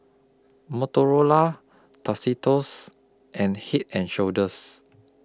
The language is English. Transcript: Motorola Tostitos and Head and Shoulders